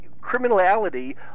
criminality